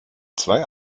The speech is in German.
zwei